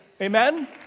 Amen